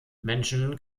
menschen